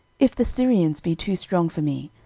if the syrians be too strong for me,